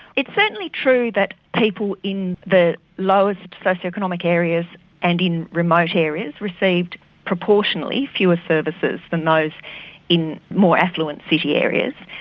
it's certainly true that people in the lowest socio economic areas and in remote areas received proportionally fewer services than those in more affluent city areas.